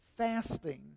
Fasting